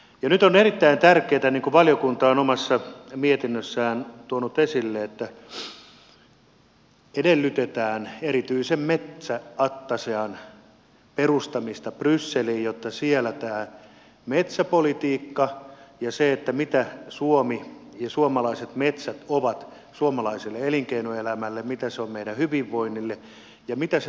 nyt on erittäin tärkeätä niin kuin valiokunta on omassa mietinnössään tuonut esille että edellytetään erityisen metsäattasean perustamista brysseliin jotta siellä ymmärretään tämä metsäpolitiikka ja se mitä suomalaiset metsät ovat suomalaiselle elinkeinoelämälle mitä ne ovat meidän hyvinvoinnillemme ja mitä ne todellakin ovat hiilinieluna